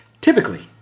Typically